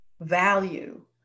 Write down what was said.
value